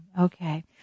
Okay